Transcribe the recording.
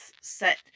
set